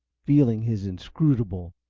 feeling his inscrutable,